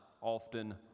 often